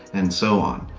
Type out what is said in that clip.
and so on.